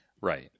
Right